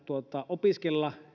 opiskella